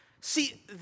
See